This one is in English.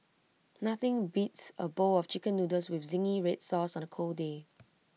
nothing beats A bowl of Chicken Noodles with Zingy Red Sauce on A cold day